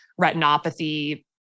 retinopathy